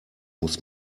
muss